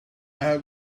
have